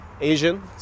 Asian